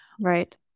Right